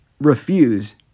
refuse